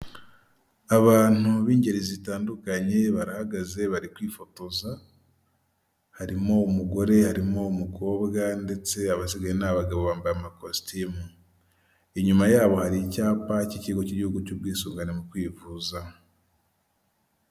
Abantu b'ingeri zitandukanye barahagaze bari kwifotoza harimo; umugore, harimo umukobwa, ndetse abasigaye n'abagabo bambaye amakositimu. Inyuma yabo hari icyapa cy'ikigo cy'igihugu cy'ubwisungane mu kwivuza.